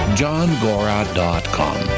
johngora.com